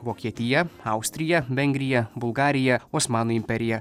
vokietija austrija vengrija bulgarija osmanų imperija